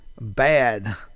bad